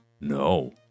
no